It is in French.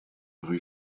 rue